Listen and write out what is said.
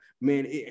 Man